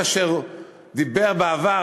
כאשר דיבר בעבר,